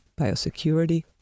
Biosecurity